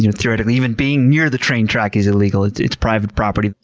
you know theoretically, even being near the train track is illegal. it's it's private property.